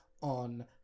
on